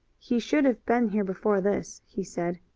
he should have been here before this, he said.